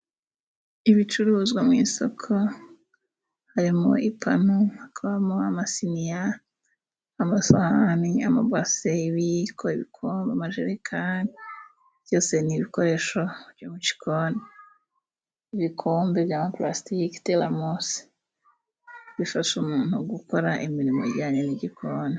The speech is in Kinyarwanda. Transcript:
Ibicuruzwa mu isoko harimo: ipanu hakabamo amasiniya, amasahane, amabase, ibiyiko, ibikombe amajerekani. Byose ni ibikoresho byo mu gikoni ibikombe by'ama purasitike, teremosi bifasha umuntu gukora imirimo ijyanye n'igikoni.